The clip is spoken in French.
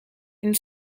une